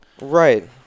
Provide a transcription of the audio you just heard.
Right